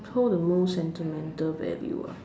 oh holds the most sentimental value ah